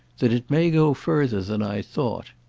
that it may go further than i thought.